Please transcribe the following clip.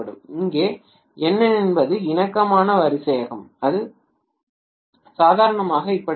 எங்கே N என்பது இணக்கமான வரிசையாகும் அது சாதாரணமாக எப்படி இருக்கும்